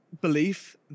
belief